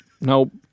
nope